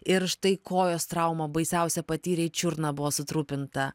ir štai kojos traumą baisiausią patyrei čiurna buvo sutrupinta